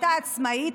אותה עצמאית,